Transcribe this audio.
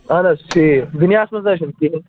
اَہَن حظ ٹھیٖک دُنیاہس منٛز نہَ حظ چھُنہٕ کِہیٖنٛۍ